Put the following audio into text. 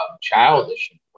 childish